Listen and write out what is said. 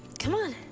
come on.